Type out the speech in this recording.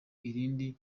irindi